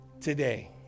today